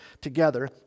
together